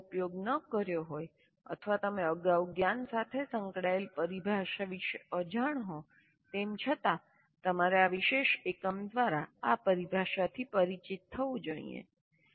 તમે અગાઉ ઉપયોગ ન કર્યો હોય અથવા તમે અગાઉ જ્ઞાન સાથે સંકળાયેલ પરિભાષા વિશે અજાણ હો તેમ છતાં તમારે આ વિશેષ એકમ દ્વારા આ પરિભાષાથી પરિચિત થવું જોઈએ